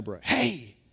hey